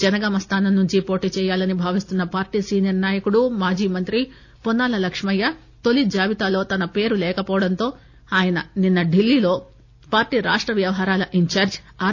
జనగామ స్థానం నుండి పోటీ చేయాలని భావిస్తున్న పార్టీ సీనియర్ నాయకుడు మాజీ మంత్రి పొన్నాల లక్మయ్య తొలి జాబితాలో తన పేరు లేకపోవడంతో ఆయన నిన్న డిల్లీలో పార్టీ రాష్ట వ్యవహారాల ఇన్ధార్ణి ఆర్